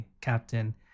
captain